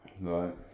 Right